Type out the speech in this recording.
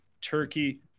Turkey